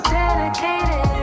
dedicated